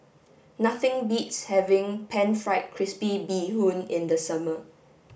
nothing beats having pan fried crispy bee hoon in the summer